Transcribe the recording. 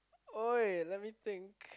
!oi! let me think